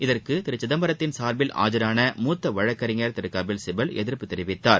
இதற்கு திரு சிதம்பரத்தின் சார்பில் ஆஜரான மூத்த வழக்கறிஞர் திரு கபில்சிபல் எதிர்ப்பு தெரிவித்தார்